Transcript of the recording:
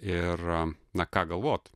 ir na ką galvot